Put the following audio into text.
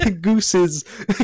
Gooses